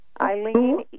Eileen